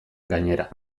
gainera